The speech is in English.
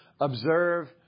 observe